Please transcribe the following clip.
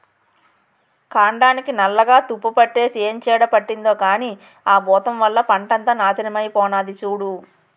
కాండానికి నల్లగా తుప్పుపట్టేసి ఏం చీడ పట్టిందో కానీ ఆ బూతం వల్ల పంటంతా నాశనమై పోనాది సూడూ